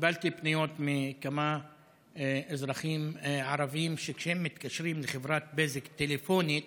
קיבלתי פניות מכמה אזרחים ערבים שכשהם מתקשרים לחברת בזק טלפונית